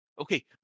Okay